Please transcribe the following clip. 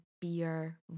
beer